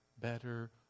better